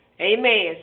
Amen